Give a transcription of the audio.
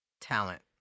talent